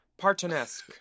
Partonesque